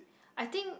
I think